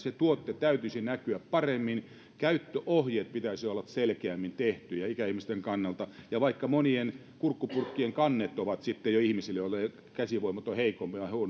se tuote täytyisi näkyä paremmin käyttöohjeiden pitäisi olla selkeämmin tehtyjä ikäihmisten kannalta vaikkapa monien kurkkupurkkien kannetkin ovat sitten jo vaikeita ihmisille joilla käsivoimat ovat heikompia ja